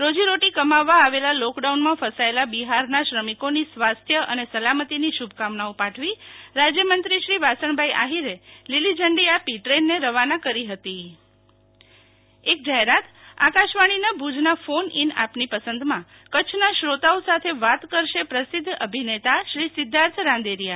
રોજીરોટી કમાવવા આવેલા લોકડાઉનમાં ફસાચેલા બિહારના શ્રમિકોની સ્વાસ્થ્ય અને સલામતીની શુભકામનાઓ પાઠવી રાજયમંત્રીશ્રી વાસણભાઇ આહિરે લીલીઝંડી આપી દ્રેનને રવાના કરી હતી શિતલ વૈશ્નવ જાહેરાત ફોન ઈન સિધ્ધાર્થ રાંદેરિયા ભુજના ફોન ઈન આપની પસંદમાં કચ્છના શ્રોત્તાઓ સાથે વાત કરશે પ્રસિધ્ધ અભિનેતા સિધાર્થ રાંદેરિયા